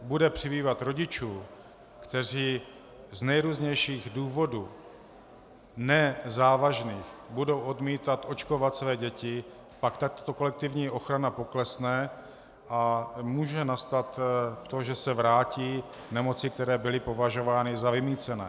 Pokud bude přibývat rodičů, kteří z nejrůznějších důvodů, ne závažných, budou odmítat očkovat své děti, pak tato kolektivní ochrana poklesne a může nastat to, že se vrátí nemoci, které byly považovány za vymýcené.